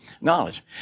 knowledge